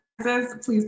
please